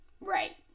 Right